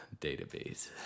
Database